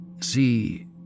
See